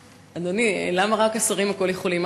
אדוני, למה רק השרים הם כול-יכולים?